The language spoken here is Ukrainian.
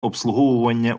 обслуговування